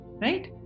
Right